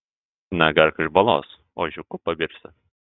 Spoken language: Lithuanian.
negerk iš balos ožiuku pavirsi